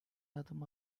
adım